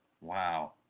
Wow